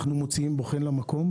אנחנו מוציאים בוחן למקום.